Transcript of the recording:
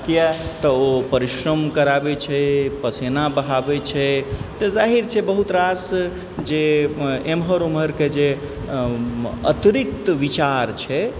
किआ तऽ ओ परिश्रम कराबै छै पसेना बहाबै छै तऽ जाहिर छै जे ओ बहुत रास जे एमहर ओमहरके जे अतिरिक्त विचार छै